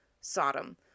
Sodom